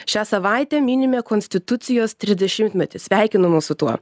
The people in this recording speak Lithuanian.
šią savaitę minime konstitucijos tridešimtmetį sveikinu mus su tuo